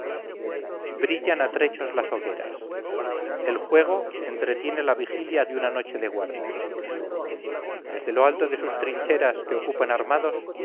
brillan a trechos las hogueras el juego entretiene la vigilia de una noche de guardia desde lo alto de sus trincheras que ocupan armados